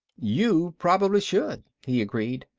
you probably should, he agreed.